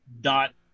dot